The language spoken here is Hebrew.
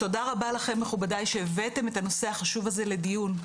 תודה רבה לכם מכובדי שהבאתם את הנושא החשוב הזה לדיון.